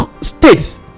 states